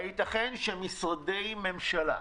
הייתכן שמשרדי ממשלה,